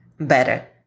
Better